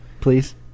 Please